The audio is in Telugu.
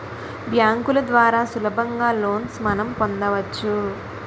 బ్యాంకుల ద్వారా సులభంగా లోన్స్ మనం పొందవచ్చు